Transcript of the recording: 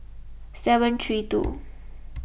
seven three two